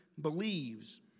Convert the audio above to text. believes